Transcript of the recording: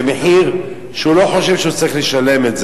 מחיר שהוא לא חושב שהוא צריך לשלם.